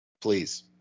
Please